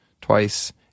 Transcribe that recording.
twice